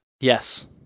yes